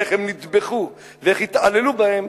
ואיך הם נטבחו ואיך התעללו בהם.